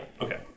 okay